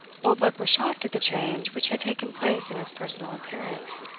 oldbuck was shocked at the change which had taken place in his personal appearance.